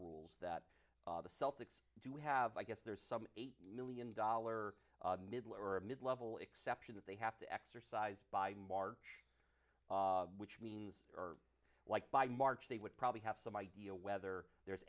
rules that the celtics do have i guess there's some eight million dollar midler a mid level exception that they have to exercise by march which means like by march they would probably have some idea whether there